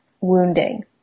wounding